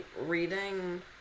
reading